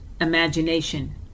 imagination